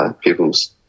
People's